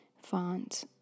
font